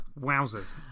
wowzers